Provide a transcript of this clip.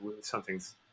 something's